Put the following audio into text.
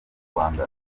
rwanda